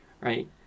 Right